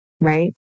right